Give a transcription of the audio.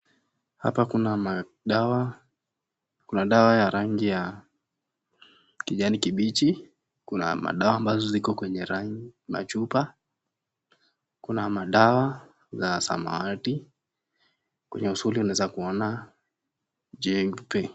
Hapa kuna madawa kuna dawa ya rangi ya kijani kibichi kuna madawa ambazo ziko kwa machupa kuna madawa za samawati kwenye usuli unaweza kuona jeupe.